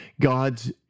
God's